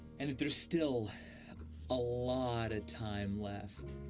and that there's still a lot of time left.